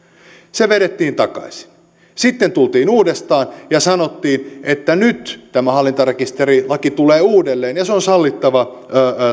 se vedettiin takaisin sitten tultiin uudestaan ja sanottiin että nyt tämä hallintarekisterilaki tulee uudelleen ja se on sallittava